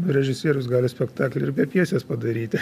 režisierius gali spektaklį ir be pjesės padaryti